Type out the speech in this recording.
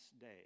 day